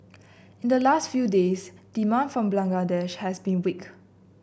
in the last few days demand from Bangladesh has been weak